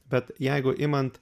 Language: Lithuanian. bet jeigu imant